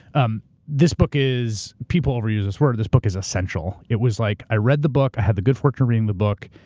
um this book is, people overuse this word, this book is essential. it was like i read the book, i had the good fortune to reading the book,